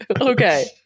Okay